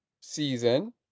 Season